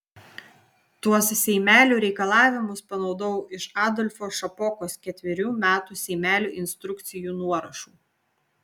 tuos seimelių reikalavimus panaudojau iš adolfo šapokos ketverių metų seimelių instrukcijų nuorašų